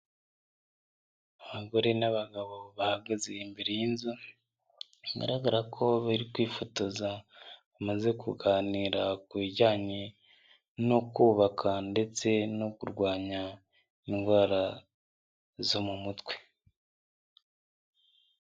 Abagore n'abagabo bahagaze imbere y'inzu bigaragara ko bari kwifotoza bamaze kuganira ku bijyanye no kubaka ndetse no kurwanya indwara zo mu mutwe.